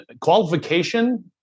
qualification